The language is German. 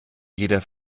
jeder